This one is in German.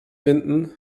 finden